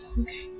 Okay